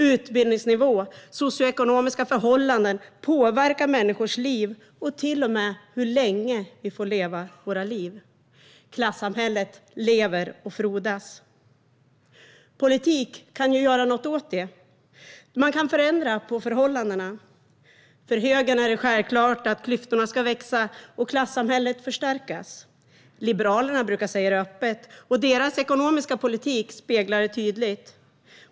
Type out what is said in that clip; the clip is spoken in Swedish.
Utbildningsnivå och socioekonomiska förhållanden påverkar människors liv och till och med hur länge vi får leva våra liv. Klassamhället lever och frodas. Politik kan göra något åt detta; man kan förändra förhållandena. För högern är det självklart att klyftorna ska växa och klassamhället förstärkas. Liberalerna brukar säga det öppet, och deras ekonomiska politik speglar det tydligt.